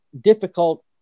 difficult